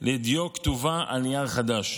"לדיו כתובה על נייר חדש".